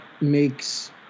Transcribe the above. makes